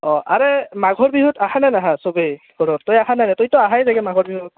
অঁ আৰু মাঘৰ বিহুত আহা নে নহা চবেই ঘৰত তই আহা নে তইতো আহে নাই মাঘৰ বিহুত